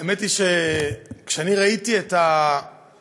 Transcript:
האמת היא שכשאני ראיתי את הסרטון,